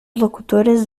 locutores